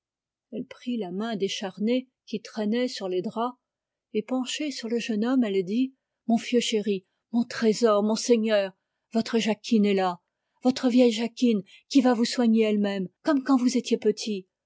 elle prit la main décharnée qui traînait sur les draps et penchée sur le jeune homme elle dit mon fieu chéri mon trésor mon seigneur votre jacquine est là votre vieille jacquine qui va vous soigner elle-même comme quand vous étiez petit